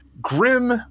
Grim